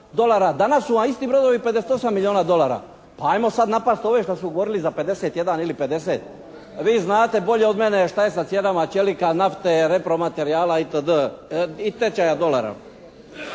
danas su vam isti brodovi 58 milijuna dolara. Pa ajmo sada napraviti ove što su govorili za 51 ili 50. Vi znate bolje od mene šta je sa cijenama čelika, nafte, repro materijala itd. i tečaja dolara.